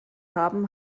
haben